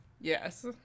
yes